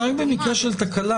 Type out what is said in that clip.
לא, זה רק במקרה של תקלה.